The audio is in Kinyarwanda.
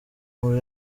muri